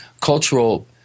cultural